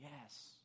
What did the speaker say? Yes